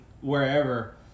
wherever